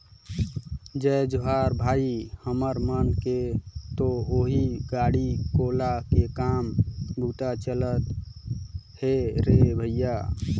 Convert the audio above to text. जय जोहार भाई, हमर मन के तो ओहीं बाड़ी कोला के काम बूता चलत हे रे भइया